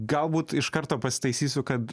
galbūt iš karto pasitaisysiu kad